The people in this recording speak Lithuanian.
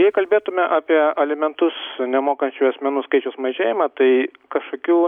jei kalbėtume apie alimentus nemokančių asmenų skaičiaus mažėjimą tai kažkokių